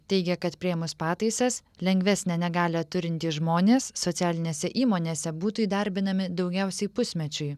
teigia kad priėmus pataisas lengvesnę negalią turintys žmonės socialinėse įmonėse būtų įdarbinami daugiausiai pusmečiui